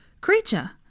Creature